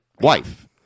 wife